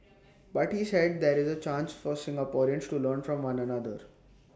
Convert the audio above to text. but he said that is A chance for Singaporeans to learn from one another